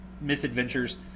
Misadventures